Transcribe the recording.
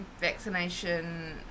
vaccination